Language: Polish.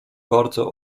bardzo